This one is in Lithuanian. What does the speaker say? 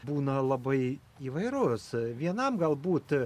būna labai įvairus vienam galbūt